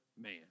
man